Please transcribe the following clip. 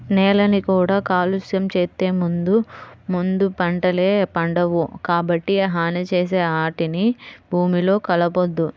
నేలని కూడా కాలుష్యం చేత్తే ముందు ముందు పంటలే పండవు, కాబట్టి హాని చేసే ఆటిని భూమిలో కలపొద్దు